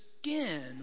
skin